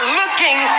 looking